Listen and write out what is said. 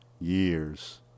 years